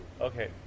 Okay